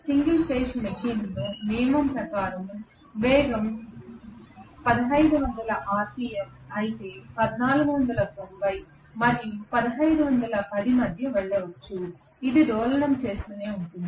single phase మెషీన్లో నియమం ప్రకారం వేగం 1500 ఆర్పిఎమ్ అయితే 1490 మరియు 1510 మధ్య వెళ్ళవచ్చు ఇది డోలనం చేస్తూనే ఉంటుంది